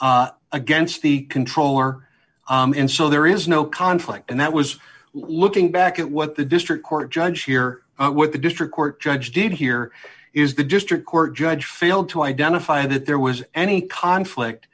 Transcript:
brought against the controller and so there is no conflict and that was looking back at what the district court judge here with the district court judge did here is the district court judge failed to identify that there was any conflict